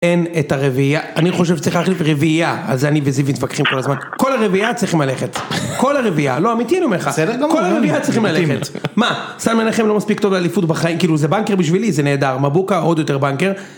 אין, את הרביעייה, אני חושב שצריך להחליף רביעייה, אז אני וזיו מתפקחים כל הזמן, כל הרביעייה צריכים ללכת, כל הרביעייה, לא, אמיתי נו, אני אומר לך, כל הרביעייה צריכים ללכת, מה סתם ינחם לא מספיק טוב לאליפות בחיים כאילו זה בנקר בשבילי זה נהדר מבוקה עוד יותר בנקר.